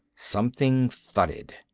something thudded.